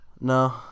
No